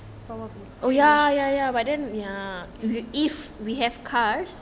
oh ya ya ya but then ya if we have cars